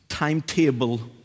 timetable